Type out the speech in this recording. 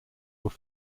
were